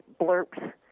blurps